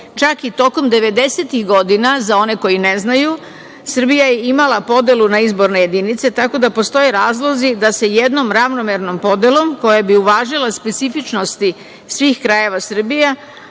čak i tokom 90-ih godina za one koji ne znaju, Srbija je imala podelu na izborne jedinice tako da postoje razlozi da se jednom ravnomernom podelom koja bi uvažila specifičnosti svih krajeva Srbije,